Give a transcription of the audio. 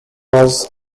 was